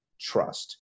trust